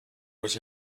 was